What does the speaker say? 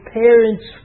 parents